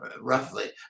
roughly